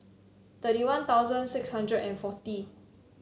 thirty One Thousand six hundred and forty